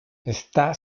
está